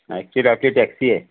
taxi आहे